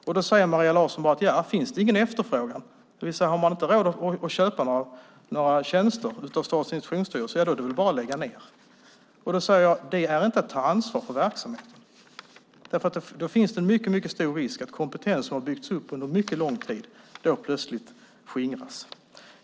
Om det inte finns någon efterfrågan - om man inte har råd att köpa några tjänster av Statens institutionsstyrelse - är det bara att lägga ned, säger Maria Larsson. Det är inte att ta ansvar för verksamheten. Det finns mycket stor risk att kompetens som har byggts upp under lång tid skingras.